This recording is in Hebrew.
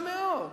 הכנסת עמיר פרץ.